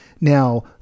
Now